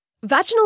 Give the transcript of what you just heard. Vaginal